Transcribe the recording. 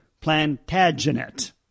Plantagenet